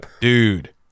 dude